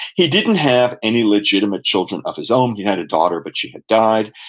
he didn't have any legitimate children of his own he had a daughter, but she had died.